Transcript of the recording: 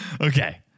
Okay